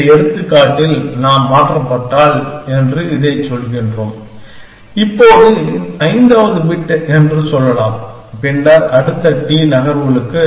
இந்த எடுத்துக்காட்டில் நாம் மாற்றப்பட்டால் என்று இதைச் சொல்கின்றோம் இப்போது ஐந்தாவது பிட் என்று சொல்லலாம் பின்னர் அடுத்த T நகர்வுகளுக்கு